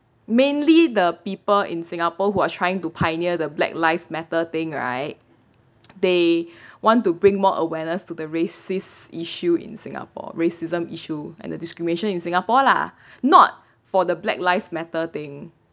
mainly the people in singapore who are trying to pioneer the black lives matter thing right they want to bring more awareness to the racist issue in singapore racism issue and the discrimination in singapore lah not for the black lives matter thing